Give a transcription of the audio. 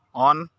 on